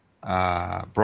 Brought